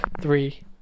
three